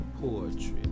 poetry